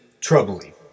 troubling